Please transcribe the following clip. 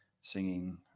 singing